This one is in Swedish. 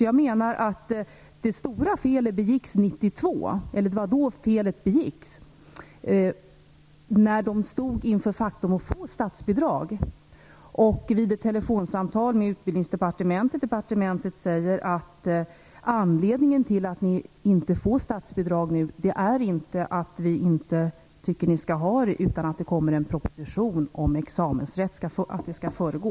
Jag menar alltså att felet begicks 1992, när man stod inför faktum att få statsbidrag. Vid ett telefonsamtal med Utbildningsdepartementet sade man från departementet: Anledningen till att ni inte får statsbidrag är inte att vi inte tycker att ni skall ha det, utan anledningen är att det kommer en proposition om att examensrätt skall föregå en ansökan.